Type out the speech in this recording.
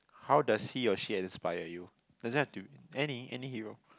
how does he or she inspire you doesn't have to any any hero